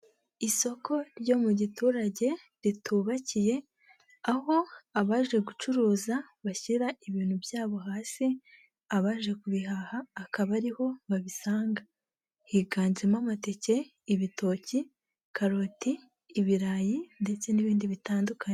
Isoko ryo mu giturage ritubakiye, aho abaje gucuruza bashyira ibintu byabo hasi, abaje kubihaha akaba ariho babisanga, higanjemo amateke, ibitoki, karoti, ibirayi ndetse n'ibindi bitandukanye.